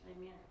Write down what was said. Amen